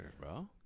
bro